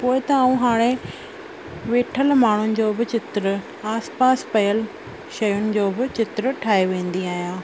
पोइ त उहो हाणे वेठल माण्हुनि जो बि चित्र आस पास पयल शयुनि जो बि चित्र ठाहे वेंदी आहियां